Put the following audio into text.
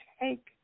take